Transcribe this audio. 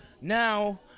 now